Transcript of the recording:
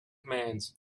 commands